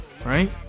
right